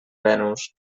venus